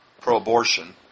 pro-abortion